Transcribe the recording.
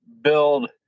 build